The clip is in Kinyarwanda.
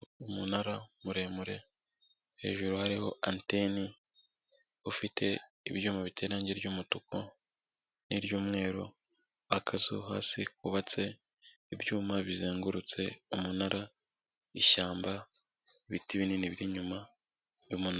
Umunara muremure hejuru hariho anteni, ufite ibyuma biterangi ry'umutuku, n'iry'umweru, akazu hasi kubatse, ibyuma bizengurutse, umunara, w'ishyamba, ibiti binini byibyuma y'umunara.